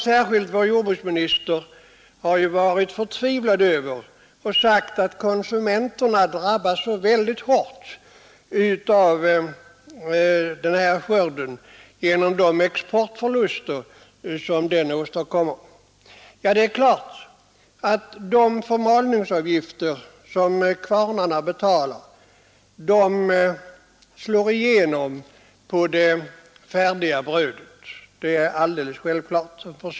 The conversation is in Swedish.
Speciellt vår jordbruksminister har ju varit förtvivlad över den stora skörden och sagt att konsumenterna drabbas mycket hårt av de exportförluster som den för med sig. Det är riktigt att de förmalningsavgifter som kvarnarna betalar slår igenom på det färdiga brödet.